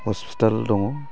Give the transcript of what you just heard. hospital दङ